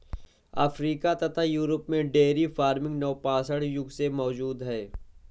Africa तथा Europe में dairy farming नवपाषाण युग से मौजूद है